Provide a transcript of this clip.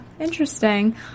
interesting